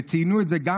וציינו את זה גם,